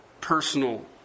personal